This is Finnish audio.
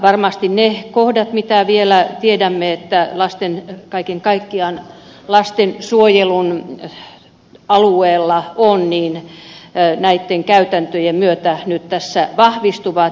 varmasti ne kohdat mitä vielä tiedämme että kaiken kaikkiaan lastensuojelun alueella on näitten käytäntöjen myötä nyt tässä vahvistuvat